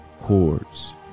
chords